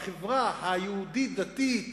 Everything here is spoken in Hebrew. בחברה היהודית-הדתית,